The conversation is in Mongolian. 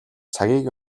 цагийг